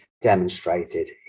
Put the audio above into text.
demonstrated